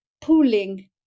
pooling